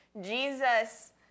Jesus